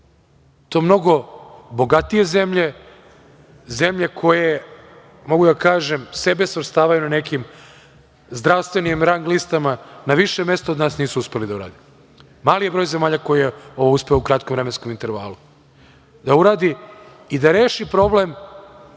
To mnogo bogatije zemlje, zemlje koje, mogu da kažem, sebe svrstavaju na nekim zdravstvenim rang-listama na više mesto od nas, nisu uspeli da urade. Mali je broj zemalja koji je ovo uspeo u kratkom vremenskom intervalu, da uradi i da reši problem